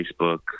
Facebook